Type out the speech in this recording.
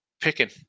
picking